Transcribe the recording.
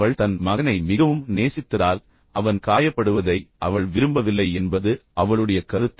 அவள் தன் மகனை மிகவும் நேசித்ததால் அவன் காயப்படுவதை அவள் விரும்பவில்லை என்பது அவளுடைய கருத்து